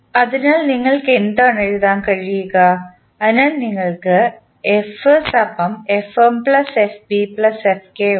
അതിനാൽ നിങ്ങൾക്ക് എന്താണ് എഴുതാൻ കഴിയുക അതിനാൽ നിങ്ങൾക്ക് ഉണ്ട്